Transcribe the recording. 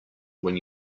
when